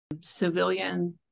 civilian